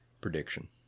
prediction